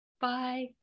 Bye